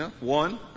One